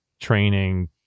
training